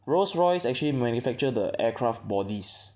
Rolls Royce actually manufacture the aircraft bodies